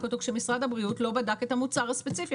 אותו כשמשרד הבריאות לא בדק את המוצר הספציפי.